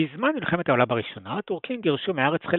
בזמן מלחמת העולם הראשונה הטורקים גירשו מהארץ חלק